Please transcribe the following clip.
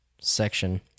section